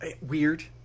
weird